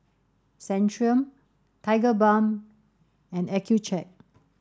Centrum Tigerbalm and Accucheck